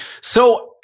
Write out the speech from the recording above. So-